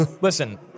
listen